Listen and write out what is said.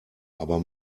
aber